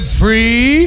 free